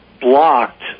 blocked